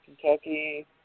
Kentucky